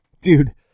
Dude